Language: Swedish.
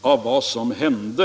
av vad som hänt.